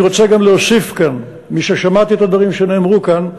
אני רוצה גם להוסיף כאן: מששמעתי את הדברים שנאמרו כאן,